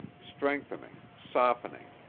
strengthening, softening,